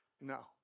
No